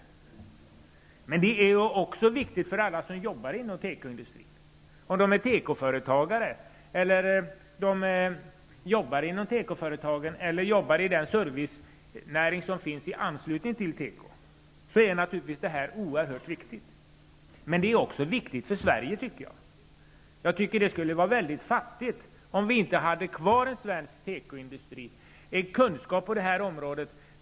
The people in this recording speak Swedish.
Förändringarna är också oerhört viktiga för dem som är tekoföretagare, för alla som jobbar inom tekoföretagen eller som jobbar i den servicenäring som finns i anslutning till tekoindustrin. Men de är också viktiga för Sverige, tycker jag. Det skulle vara mycket fattigt om vi inte hade en svensk tekoindustri kvar eller en kunskap på det här området.